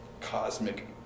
cosmic